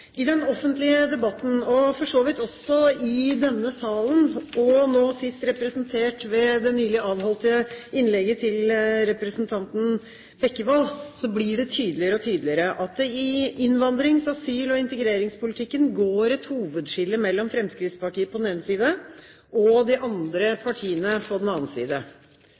I den offentlige debatten, og for så vidt også i denne salen og nå sist representert ved det nylig avholdte innlegget til representanten Bekkevold, blir det tydeligere og tydeligere at det i innvandrings-, asyl- og integreringspolitikken går et hovedskille mellom Fremskrittspartiet på den ene siden og de andre partiene på den